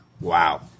Wow